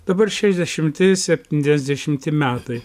dabar šešiasdešimti septyniasdešimti metai